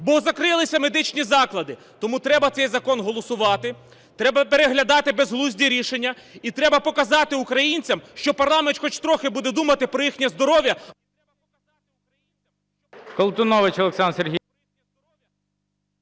бо закрилися медичні заклади. Тому треба цей закон голосувати. Треба переглядати безглузді рішення і треба показати українцям, що парламент хоч трохи буде думати про їхнє здоров'я…